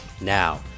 Now